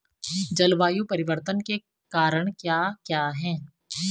जलवायु परिवर्तन के कारण क्या क्या हैं?